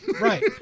Right